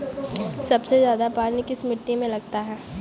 सबसे ज्यादा पानी किस मिट्टी में लगता है?